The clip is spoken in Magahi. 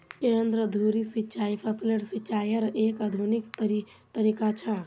केंद्र धुरी सिंचाई फसलेर सिंचाईयेर एक आधुनिक तरीका छ